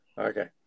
Okay